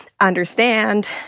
understand